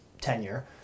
tenure